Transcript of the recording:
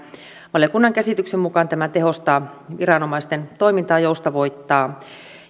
valiokunnan käsityksen mukaan tämä tehostaa viranomaisten toimintaa joustavoittaa